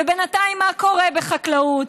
בינתיים, מה קורה בחקלאות?